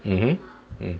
mmhmm mm